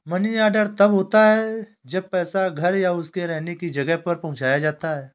money order तब होता है जब पैसा घर या उसके रहने की जगह पर पहुंचाया जाता है